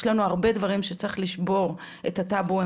יש לנו הרבה דברים שצריך לשבור את הטאבואים